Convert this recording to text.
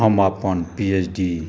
हम अपन P H D